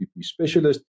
specialist